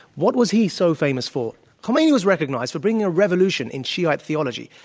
what was he so famous for? khomeini was recognized for bringing a revolution in shiite theology.